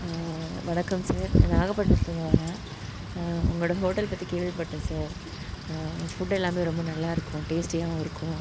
வணக்கம் சார் நான் நாகபட்டிணத்துலேருந்து வரேன் உங்களோடய ஹோட்டல் பற்றி கேள்விப்பட்டேன் சார் ஃபுட் எல்லாமே ரொம்ப நல்லாயிருக்கும் டேஸ்டியாகவும் இருக்கும்